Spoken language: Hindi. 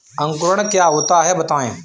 अंकुरण क्या होता है बताएँ?